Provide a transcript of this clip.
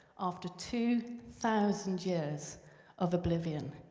after two thousand years of oblivion,